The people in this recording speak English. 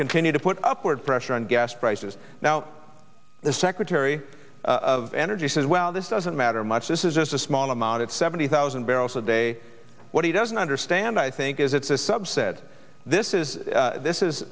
continue to put upward pressure on gas prices now the secretary of energy says well this doesn't matter much this is just a small amount it's seventy thousand barrels a day what he doesn't understand i think is it's a sub said this is this is